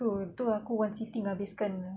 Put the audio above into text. oo tu aku one seating habis kan